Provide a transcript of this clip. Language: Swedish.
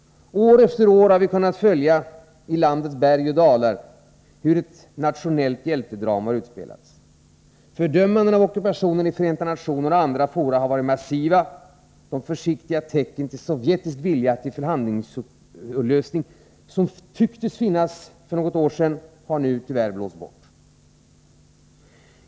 År efter år har vi kunnat följa hur ett nationellt hjältedrama utspelas i landets berg och dalar. Fördömandena av ockupationen har i FN och andra fora varit massiva. De försiktiga tecken till sovjetisk vilja till förhandlingslösning som för något år sedan tycktes finnas har nu tyvärr blåst bort.